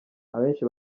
abenshi